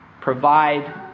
Provide